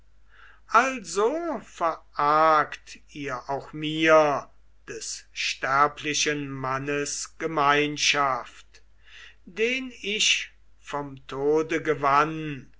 also verargt ihr auch mir des sterblichen mannes gemeinschaft den ich vom tode gewann